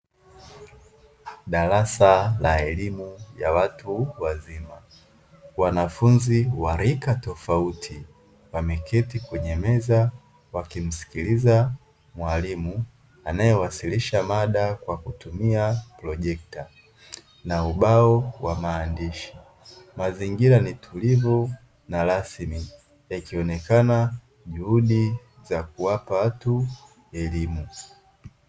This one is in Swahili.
Darasa la elimu ya watu wazima wanafunzi wa rika tofauti wameketi kwenye meza wakimsikiliza mwalimu anayewasilisha mada kwa kutumia projekta na ubao wa maandishi, mazingira ni tulivu na rasmi yakionekana juhudi za kuwapa watu elimu.